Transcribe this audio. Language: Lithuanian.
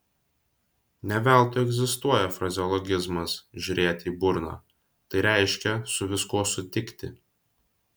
ne veltui egzistuoja frazeologizmas žiūrėti į burną tai reiškia su viskuo sutikti